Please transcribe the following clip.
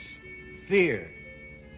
fear